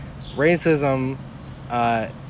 racism